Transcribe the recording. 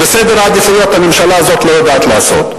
וסדר עדיפויות הממשלה הזאת לא יודעת לעשות.